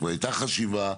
כבר הייתה חשיבה.